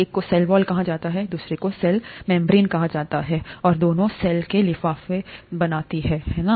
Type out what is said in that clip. एक को cell wall कहा जाता है दूसरे को सेल मेम्ब्रेन कहा जाता है और दोनों सेल को लिफ़ाफ़ा देते हैं है ना